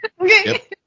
Okay